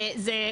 זה,